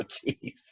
teeth